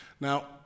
Now